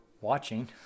watching